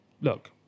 look